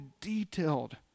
detailed